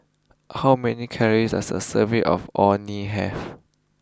how many calories does a serving of Orh Nee have